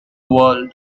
world